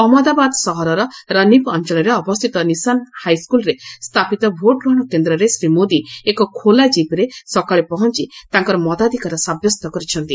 ଅହମ୍ମଦଦାବାଦ ସହରର ରନିପ ଅଞ୍ଚଳରେ ଅବସ୍ଥିତ ନିଶାନ ହାଇସ୍କୁଲରେ ସ୍ଥାପିତ ଭୋଟ୍ଗ୍ରହଣ କେନ୍ଦ୍ରରେ ଶ୍ରୀ ମୋଦି ଏକ ଖୋଲା ଜିପ୍ରେ ସକାଳେ ପହଞ୍ ତାଙ୍କର ମତାଧିକାର ସାବ୍ୟସ୍ତ କରିଛନ୍ତି